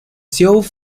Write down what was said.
sioux